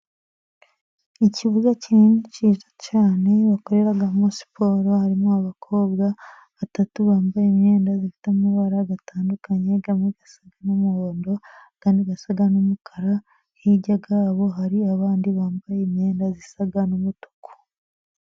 Ikibuga kinini cyiza cyane, bakoreramo muri siporo, harimo abakobwa batatu bambaye imyenda ifite amabara atandukanye, amwe asa n'umuhondo, andi asa n'umukara, hirya yabo hari abandi bambaye imyenda isa n'umutuku.